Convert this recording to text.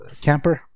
camper